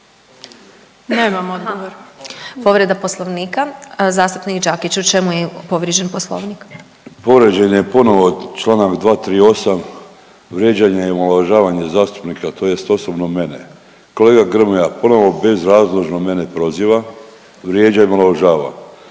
Sabina (SDP)** Povreda Poslovnika zastupnik Đakić. U čemu je povrijeđen Poslovnik? **Đakić, Josip (HDZ)** Povrijeđen je ponovo članak 238. vrijeđanje i omalovažavanje zastupnika, tj. osobno mene. Kolega Grmoja ponovo bezrazložno mene proziva, vrijeđa i omalovažava.